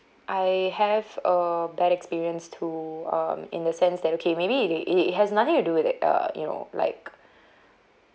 I have a bad experience to um in the sense that okay maybe it it has nothing to do with like uh you know like